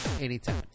anytime